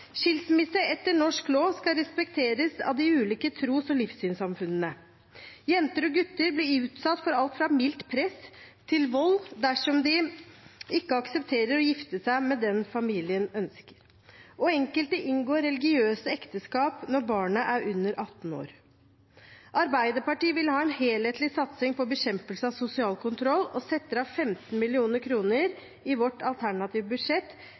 etter norsk lov skal respekteres av de ulike tros- og livssynssamfunnene. Jenter og gutter blir utsatt for alt fra mildt press til vold dersom de ikke aksepterer å gifte seg med den familien ønsker, og enkelte inngår religiøse ekteskap når barnet er under 18 år. Arbeiderpartiet vil ha en helhetlig satsing på bekjempelse av sosial kontroll, og vi setter av 15 mill. kr i vårt alternative budsjett